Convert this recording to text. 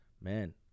man